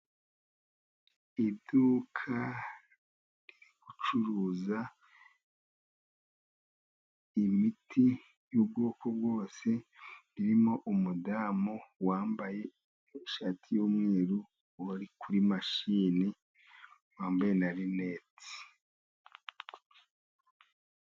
Iduka riri gucuruza imiti y'ubwoko bwose ririmo umudamu wambaye ishati y'umweru uba ari kuri mashini wambaye na rinete.